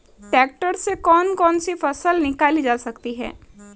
Tractor से कौन कौनसी फसल निकाली जा सकती हैं?